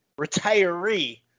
retiree